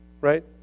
right